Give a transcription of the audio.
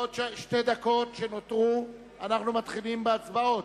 האם חוץ מסעיד נפאע וגילה גמליאל יש עוד אשר נמצאים באולם ולא הצביעו?